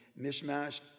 Mishmash